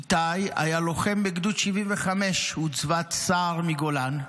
איתי היה לוחם בגדוד 75, עוצבת סער מגולן.